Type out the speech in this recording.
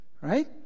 Right